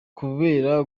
kubera